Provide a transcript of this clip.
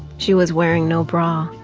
she was wearing no bra.